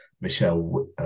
Michelle